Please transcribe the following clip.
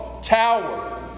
tower